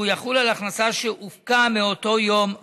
והוא יחול על הכנסה שהופקה מאותו יום ואילך.